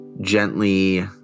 gently